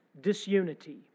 disunity